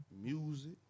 Music